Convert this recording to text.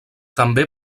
també